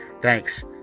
Thanks